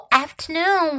afternoon